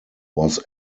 was